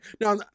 now